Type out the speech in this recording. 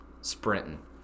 sprinting